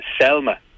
Selma